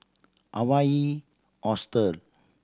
Hawaii Hostel